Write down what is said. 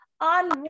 on